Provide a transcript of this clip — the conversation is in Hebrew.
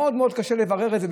מאוד מאוד קשה לברר את זה,